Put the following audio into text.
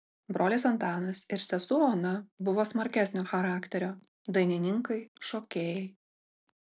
brolis antanas ir sesuo ona buvo smarkesnio charakterio dainininkai šokėjai